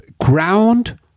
ground